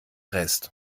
rest